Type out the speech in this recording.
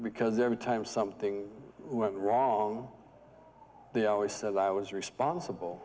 because every time something went wrong they always said i was responsible